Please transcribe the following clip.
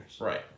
Right